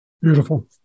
Beautiful